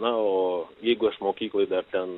na o jeigu aš mokykloj dar ten